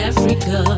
Africa